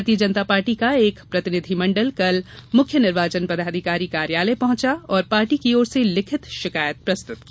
भारतीय जनता पार्टी का एक प्रतिनिधिमंडल कल मुख्य निर्वाचन पदाधिकारी कार्यालय पहुंचा और पार्टी की ओर से लिखित शिकायत प्रस्तुत की